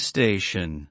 Station